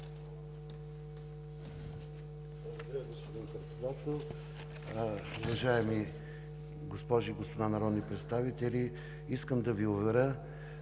Благодаря, господин Председател. Уважаеми госпожи и господа народни представители, искам да Ви уверя,